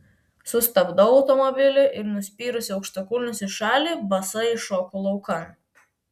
sustabdau automobilį ir nuspyrusi aukštakulnius į šalį basa iššoku laukan